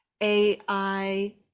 AI